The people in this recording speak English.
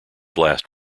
last